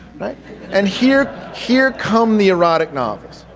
but and here here come the erotic novels.